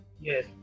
Yes